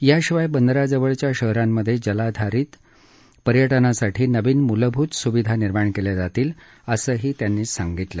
याशिवाय बंदराजवळच्या शहरांमधे जलधारित पर्यटनासाठी नवीन मूलभूत सुविधा निर्माण केल्या जातील असंही त्यांनी सांगितलं